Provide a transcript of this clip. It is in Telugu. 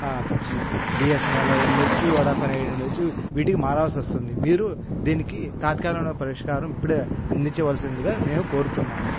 జి బిఎస్ఎన్ఎల్ అయ్యుండొచ్చు వొడాఫోన్ అయ్యుండచ్చు వీటికి మారాల్సొస్తుంది మీరు దీనికి తాత్కాలమైన పరిష్కారం ఇప్పుడే అందించవలసిందిగా నేను కోరుతున్నాను